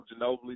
Ginobili